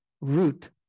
root